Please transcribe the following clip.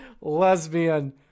lesbian